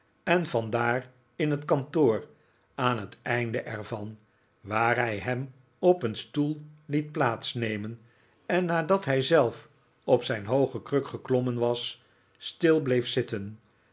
en vandaar in net kantoor aan het einde er van waar hij hem op een stoel liet plaats nemen en nadat hij zelf op zijn hooge kruk geklommen was stil bleef zitten